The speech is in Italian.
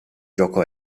gioco